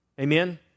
Amen